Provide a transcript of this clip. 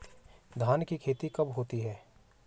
धान की खेती कब होती है?